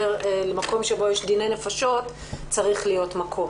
במקום שבו יש דיני נפשות צריך להיות מקום